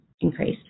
increased